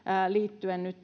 liittyen nyt